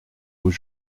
vous